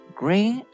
green